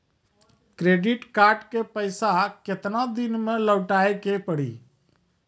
Credit card के पैसा केतना दिन मे लौटाए के पड़ी?